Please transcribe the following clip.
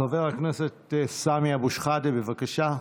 חבר הכנסת סמי אבו שחאדה, בבקשה.